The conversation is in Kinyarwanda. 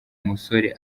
musore